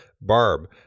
Barb